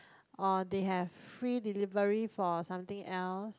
or they have free delivery for something else